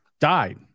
died